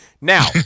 Now